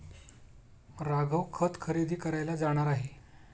राघव खत खरेदी करायला जाणार आहे